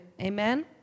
Amen